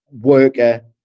worker